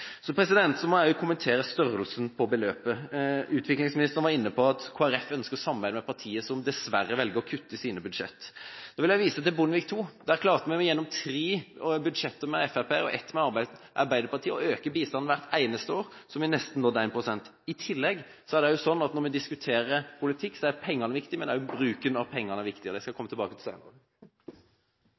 Så må jeg også kommentere størrelsen på beløpet. Utviklingsministeren var inne på at Kristelig Folkeparti ønsker å samarbeide med partier som dessverre velger å kutte i sine budsjetter. Da vil jeg vise til Bondevik II. Der klarte vi gjennom tre budsjetter med Fremskrittspartiet og ett med Arbeiderpartiet å øke bistanden hvert eneste år, så vi nesten nådde 1 pst. I tillegg er det også sånn at når vi diskuterer politikk, er pengene viktig, men også bruken av pengene er viktig. Det skal jeg komme tilbake til